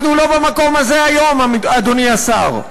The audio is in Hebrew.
אנחנו לא במקום הזה היום, אדוני השר,